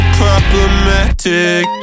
problematic